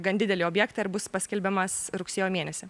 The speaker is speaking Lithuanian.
gan didelį objektą ir bus paskelbiamas rugsėjo mėnesį